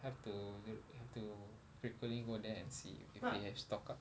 have to have to frequently go there and see if they have stock up